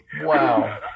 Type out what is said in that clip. Wow